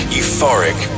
euphoric